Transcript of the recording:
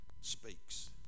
speaks